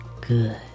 good